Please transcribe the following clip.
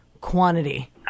quantity